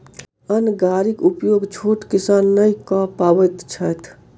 अन्न गाड़ीक उपयोग छोट किसान नै कअ पबैत छैथ